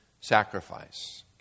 sacrifice